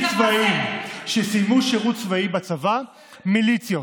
צבאיים שסיימו שירות צבאי בצבא "מיליציות".